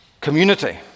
community